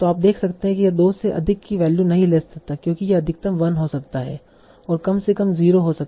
तो आप देख सकते हैं कि यह 2 से अधिक की वैल्यू नहीं ले सकता है क्योंकि यह अधिकतम 1 हो सकता है और कम से कम 0 हो सकता है